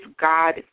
God